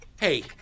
Hey